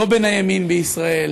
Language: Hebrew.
לא בין הימין בישראל,